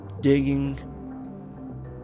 Digging